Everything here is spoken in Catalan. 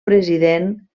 president